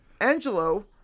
Angelo